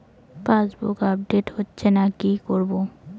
Passbook update হচ্ছেনা কি করবো?